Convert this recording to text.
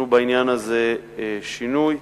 בעניין הזה עשינו שינוי,